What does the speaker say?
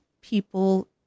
people